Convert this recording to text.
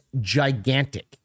gigantic